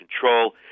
control